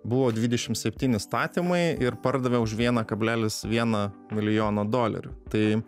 buvo dvidešimt septyni statymai ir pardavė už vieną kablelis vieną milijoną dolerių tai